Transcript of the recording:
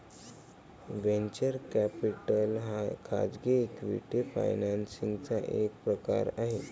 venture capital हा खाजगी equity financing चा एक प्रकार आहे